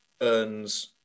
earns